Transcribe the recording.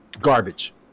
Garbage